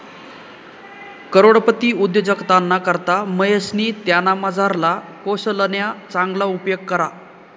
करोडपती उद्योजकताना करता महेशनी त्यानामझारला कोशल्यना चांगला उपेग करा